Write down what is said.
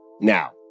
Now